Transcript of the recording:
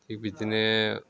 थिग बिदिनो